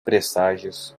presságios